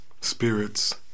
spirits